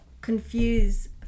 confuse